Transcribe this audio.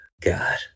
God